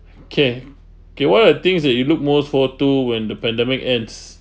kay kay what are things that you look most forward to when the pandemic ends